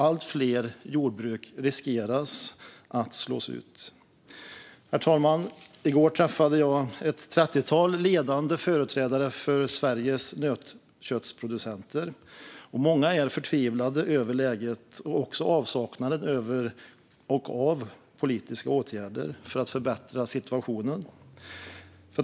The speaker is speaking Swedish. Allt fler jordbruk riskerar att slås ut. Herr talman! I går träffade jag ett trettiotal ledande företrädare för Sveriges nötköttsproducenter, och många är förtvivlade över läget och avsaknaden av politiska åtgärder för att förbättra situationen.